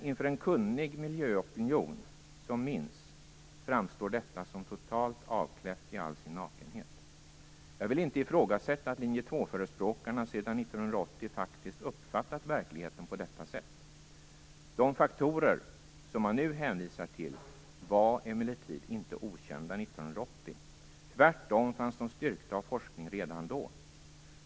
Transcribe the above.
Inför en kunnig miljöopinion som minns framstår detta som totalt avklätt i all sin nakenhet. Jag vill inte ifrågasätta att linje 2-förespråkarna sedan 1980 faktiskt uppfattat verkligheten på detta sätt. De faktorer som man nu hänvisar till var emellertid inte okända 1980. Tvärtom fanns de styrkta av forskning redan då.